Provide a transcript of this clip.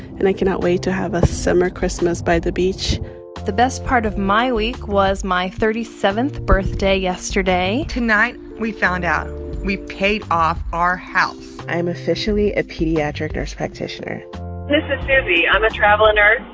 and i cannot wait to have a summer christmas by the beach the best part of my week was my thirty seventh birthday yesterday tonight we found out we paid off our house i am officially a pediatric nurse practitioner this is susie. i'm a travel nurse.